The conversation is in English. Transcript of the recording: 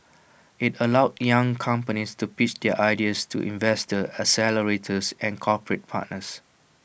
IT allows young companies to pitch their ideas to investors accelerators and corporate partners